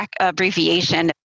abbreviation